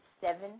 seven